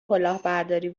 کلاهبرداری